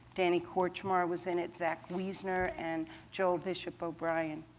danny kortchmar was in it, zach wiesner, and joel bishop o'brien.